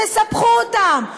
תספחו אותן.